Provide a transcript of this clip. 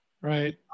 Right